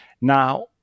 Now